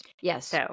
Yes